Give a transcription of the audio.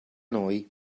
noi